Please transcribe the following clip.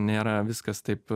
nėra viskas taip